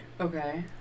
Okay